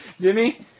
Jimmy